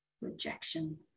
rejection